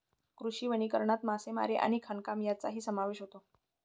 कृषी वनीकरणात मासेमारी आणि खाणकाम यांचाही समावेश होतो